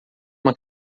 uma